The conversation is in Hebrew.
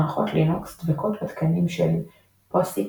מערכות לינוקס דבקות בתקנים של POSIX,